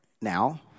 Now